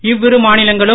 இவ்விரு மாநிலங்களும்